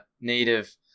native